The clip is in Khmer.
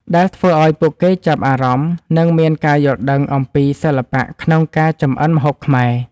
ដែលធ្វើឲ្យពួកគេចាប់អារម្មណ៍ និងមានការយល់ដឹងអំពីសិល្បៈក្នុងការចម្អិនម្ហូបខ្មែរ។